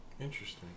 Interesting